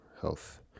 health